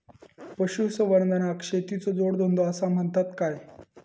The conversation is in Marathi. पशुसंवर्धनाक शेतीचो जोडधंदो आसा म्हणतत काय?